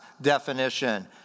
definition